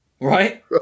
right